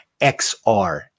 XR